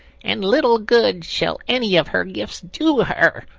and little good shall any of her gifts do her.